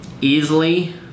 easily